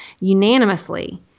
unanimously